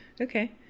Okay